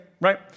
Right